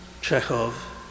Chekhov